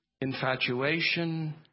infatuation